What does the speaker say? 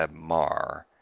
ah mar,